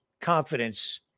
confidence